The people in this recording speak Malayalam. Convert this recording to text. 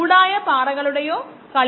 75 കിലോഗ്രാം ആണ് ഇത് 761